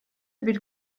bir